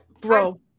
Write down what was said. bro